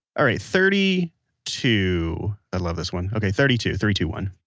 all right. thirty two. i love this one. okay. thirty two. three, two, one